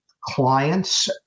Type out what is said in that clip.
clients